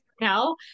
now